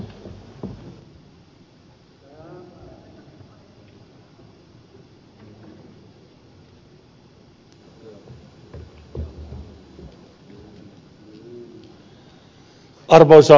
arvoisa puhemies